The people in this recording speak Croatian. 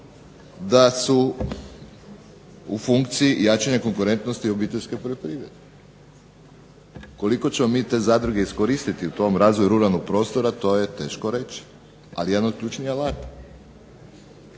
da su u funkciji jačanja konkurentnosti obiteljske poljoprivrede. Koliko ćemo mi te zadruge iskoristiti u tom razvoju ruralnog prostora to je teško reći. Ali, je jedan od ključnih alata.